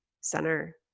center